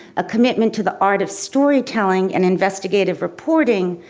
a commitment to the art of story telling and investigative reporting,